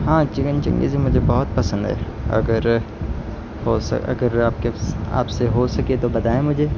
ہاں چکن چنگیزی مجھے بہت پسند ہے اگر ہو اگر آپ سے ہو سکے تو بتائیں مجھے